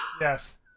Yes